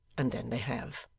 and then they have.